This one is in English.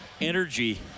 energy